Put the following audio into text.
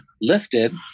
lifted